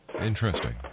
Interesting